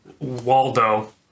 Waldo